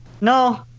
no